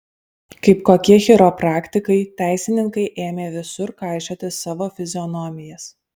kaip kokie chiropraktikai teisininkai ėmė visur kaišioti savo fizionomijas